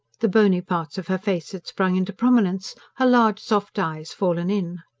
the bony parts of her face had sprung into prominence, her large soft eyes fallen in.